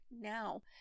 now